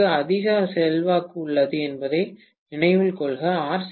க்கு அதிக செல்வாக்கு உள்ளது என்பதை நினைவில் கொள்க ஆர்